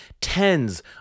tens